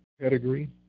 pedigree